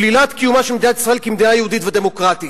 שלילת קיומה של מדינת ישראל כמדינה יהודית ודמוקרטית.